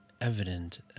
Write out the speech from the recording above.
evident